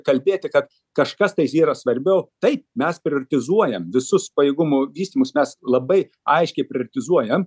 kalbėti kad kažkas tai yra svarbiau taip mes prioretizuojam visus pajėgumų vystymus mes labai aiškiai prioretizuojam